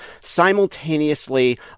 simultaneously